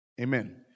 Amen